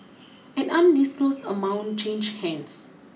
an undisclosed amount changed hands